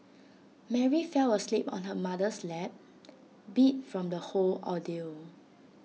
Mary fell asleep on her mother's lap beat from the whole ordeal